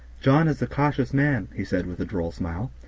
john is a cautious man, he said, with a droll smile,